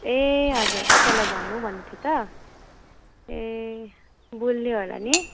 ए हजुर तपाईँलाई भन्नु भन्दैथ्यो त ए भुलियो होला नि